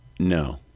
No